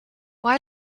why